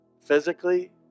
physically